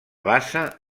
bassa